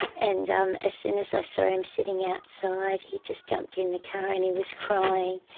and um as soon as i saw him sitting outside he just jumped in the car and he was crying,